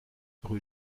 rue